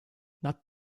not